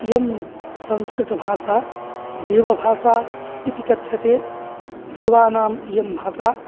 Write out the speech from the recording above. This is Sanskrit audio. इयं संस्कृतभाषा देवभाषा इति कथ्यते देवानाम् इयं भाषा